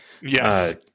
Yes